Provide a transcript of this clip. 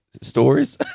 stories